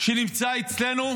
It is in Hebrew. שנמצא אצלנו